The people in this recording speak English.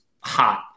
hot